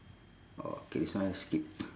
okay this one I skip